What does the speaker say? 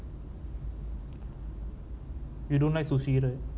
you don't like sushi right